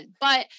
But-